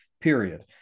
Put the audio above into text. period